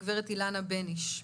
הגברת אילנה בניש,